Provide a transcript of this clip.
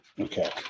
Okay